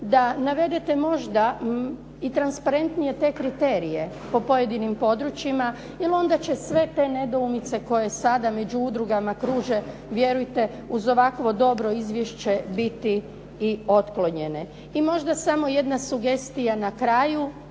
da navedete možda i transparentnije te kriterije po pojedinim područjima, jer onda će sve te nedoumice koje sada među udrugama kruže vjerujete uz ovako dobro izvješće biti i otklonjene. I možda samo jedna sugestija na kraju,